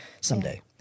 someday